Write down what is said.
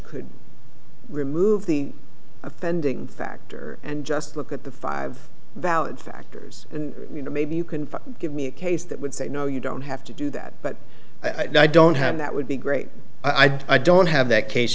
could remove the offending factor and just look at the five valid factors and you know maybe you can give me a case that would say no you don't have to do that but i don't have that would be great i don't have that case